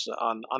on